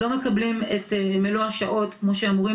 לא מקבלים את מלוא שעות כמו שהם אמורים